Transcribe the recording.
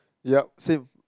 yup same